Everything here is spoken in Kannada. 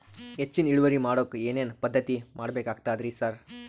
ಹೆಚ್ಚಿನ್ ಇಳುವರಿ ಮಾಡೋಕ್ ಏನ್ ಏನ್ ಪದ್ಧತಿ ಮಾಡಬೇಕಾಗ್ತದ್ರಿ ಸರ್?